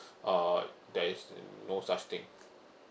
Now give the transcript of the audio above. uh there is no such thing